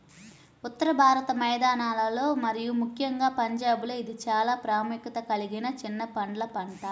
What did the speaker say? ఉత్తర భారత మైదానాలలో మరియు ముఖ్యంగా పంజాబ్లో ఇది చాలా ప్రాముఖ్యత కలిగిన చిన్న పండ్ల పంట